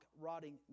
rotting